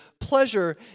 pleasure